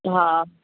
हा